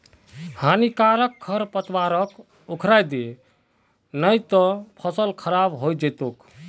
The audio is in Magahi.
हानिकारक खरपतवारक उखड़इ दे नही त फसल खराब हइ जै तोक